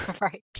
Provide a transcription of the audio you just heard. Right